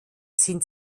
sind